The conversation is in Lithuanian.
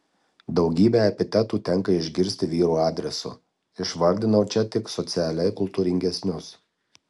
daugybę epitetų tenka išgirsti vyrų adresu išvardinau čia tik socialiai kultūringesnius